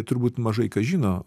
turbūt mažai kas žino